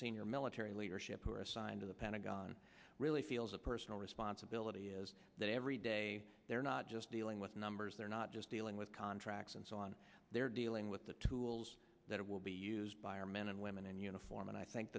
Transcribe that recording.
senior military leadership who are assigned to the pentagon really feels a personal responsibility is that every day they're not just dealing with numbers they're not just dealing with contracts and so on they're dealing with the tools that will be used by our men and women in uniform and i think